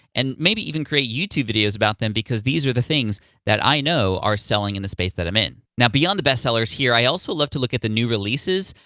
and maybe even create youtube videos about them, because these are the things that i know are selling in the space that i'm in. now, beyond the best sellers here, i also have to look at the new releases.